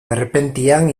derrepentean